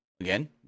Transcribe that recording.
Again